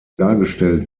dargestellt